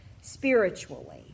spiritually